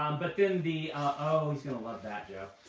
um but then the oh, he's going to love that, joe.